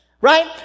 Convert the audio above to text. right